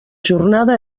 jornada